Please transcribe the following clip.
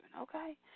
okay